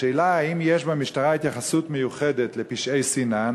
השאלה: האם יש במשטרה התייחסות מיוחדת לפשעי שנאה?